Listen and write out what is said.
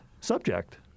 subject